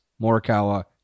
Morikawa